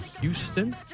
Houston